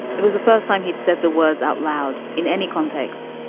it was the first time he'd said the words out loud in any context.